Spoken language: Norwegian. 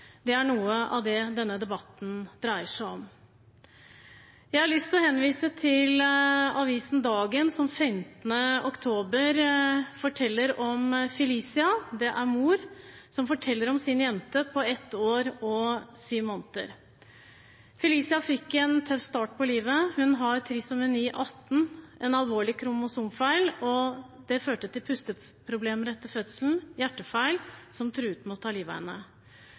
Det er noe av det denne debatten dreier seg om. Jeg har lyst til å henvise til avisen Dagen, som 15. oktober fortalte om Felicia, en jente på ett år og syv måneder. Felicia fikk en tøff start på livet. Hun har trisomi 18, en alvorlig kromosomfeil, som førte til pusteproblemer etter fødselen og en hjertefeil som truet med å ta